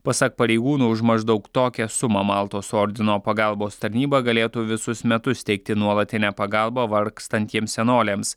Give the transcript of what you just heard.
pasak pareigūno už maždaug tokią sumą maltos ordino pagalbos tarnyba galėtų visus metus teikti nuolatinę pagalbą vargstantiems senoliams